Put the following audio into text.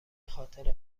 خاطر